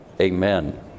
amen